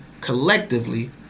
collectively